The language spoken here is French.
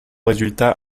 résultats